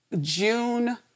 June